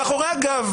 אמת